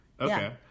Okay